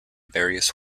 various